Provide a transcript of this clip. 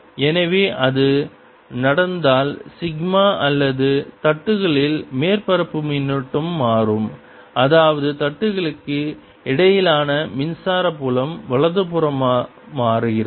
எனவே அது நடந்தால் சிக்மா அல்லது தட்டுகளில் மேற்பரப்பு மின்னூட்டம் மாறும் அதாவது தட்டுகளுக்கு இடையிலான மின்சார புலமும் வலதுபுறம் மாறுகிறது